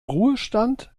ruhestand